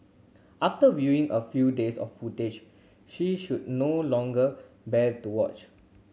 after viewing a few days of footage she should no longer bear to watch